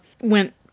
went